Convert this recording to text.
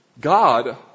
God